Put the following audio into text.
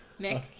Nick